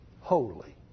holy